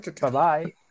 Bye-bye